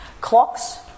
Clocks